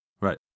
Right